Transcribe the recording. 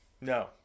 No